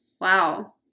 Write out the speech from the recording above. Wow